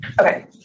Okay